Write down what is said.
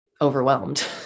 overwhelmed